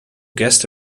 guest